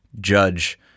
judge